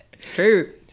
True